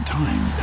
time